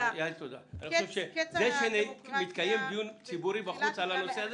חושב שזה שמתקיים דיון ציבורי על הנושא הזה,